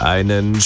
Einen